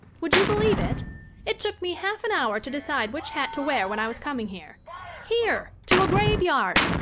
would you believe it it took me half an hour to decide which hat to wear when i was coming here here, to a graveyard!